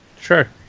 Sure